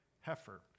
heifer